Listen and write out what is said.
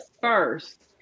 first